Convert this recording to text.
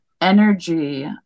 energy